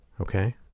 okay